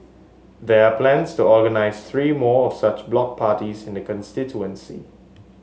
there are plans to organise three more of such block parties in the constituency